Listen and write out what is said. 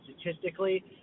statistically